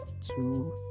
two